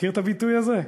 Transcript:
מכיר את הביטוי הזה?